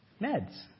Meds